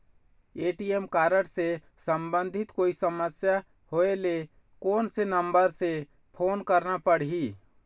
ATM card से संबंधित कोई समस्या होय ले, कोन से नंबर से फोन करना पढ़ही?